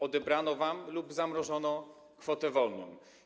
Odebrano wam lub zamrożono kwotę wolną.